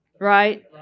Right